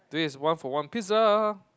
today is one for one pizza